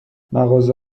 مغازه